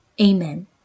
Amen